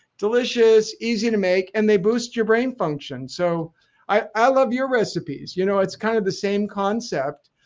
delicious, easy to make and they boost your brain function. so i ah love your recipes. you know it's kind of the same concept.